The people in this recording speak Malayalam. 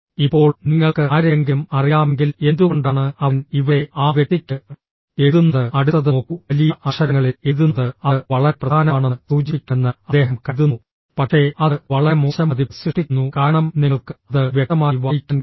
ഇപ്പോൾ നിങ്ങൾക്ക് ആരെയെങ്കിലും അറിയാമെങ്കിൽ എന്തുകൊണ്ടാണ് അവൻ ഇവിടെ ആ വ്യക്തിക്ക് എഴുതുന്നത് അടുത്തത് നോക്കൂ വലിയ അക്ഷരങ്ങളിൽ എഴുതുന്നത് അത് വളരെ പ്രധാനമാണെന്ന് സൂചിപ്പിക്കുമെന്ന് അദ്ദേഹം കരുതുന്നു പക്ഷേ അത് വളരെ മോശം മതിപ്പ് സൃഷ്ടിക്കുന്നു കാരണം നിങ്ങൾക്ക് അത് വ്യക്തമായി വായിക്കാൻ കഴിയില്ല